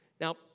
Now